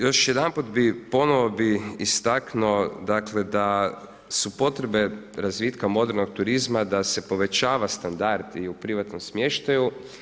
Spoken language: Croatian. Još jedanput bi ponovno istaknuo da su potrebe razvitka modrenog turizma da se povećava standard i u privatnom smještaju.